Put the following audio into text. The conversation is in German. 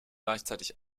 gleichzeitig